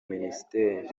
minisiteri